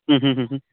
ಹ್ಞೂ ಹ್ಞೂ ಹ್ಞೂ ಹ್ಞೂ